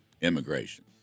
immigration